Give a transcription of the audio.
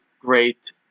great